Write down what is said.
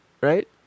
Right